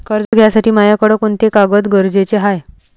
कर्ज घ्यासाठी मायाकडं कोंते कागद गरजेचे हाय?